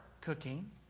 cooking